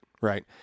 Right